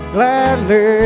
Gladly